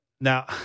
Now